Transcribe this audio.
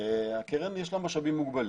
הקרן יש לה משאבים מוגבלים,